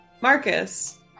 Marcus